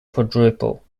quadruple